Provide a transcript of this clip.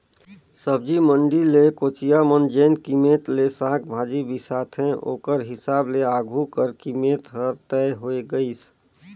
सब्जी मंडी ले कोचिया मन जेन कीमेत ले साग भाजी बिसाथे ओकर हिसाब ले आघु कर कीमेत हर तय होए गइस